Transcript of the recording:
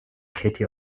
katie